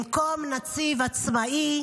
במקום נציב עצמאי,